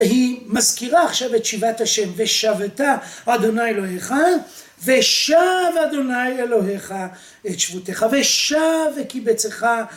היא מזכירה עכשיו את שיבת השם: "ושבת ה' אלוהיך, ושב ה' אלוהיך את שבותך ושב וקיבצך"